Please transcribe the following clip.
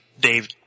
Dave